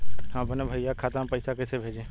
हम अपने भईया के खाता में पैसा कईसे भेजी?